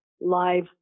live